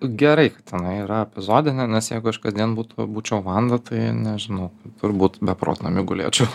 gerai tenai yra epizodinė nes jeigu aš kasdien būtų būčiau vanda tai nežinau turbūt beprotnamy gulėčiau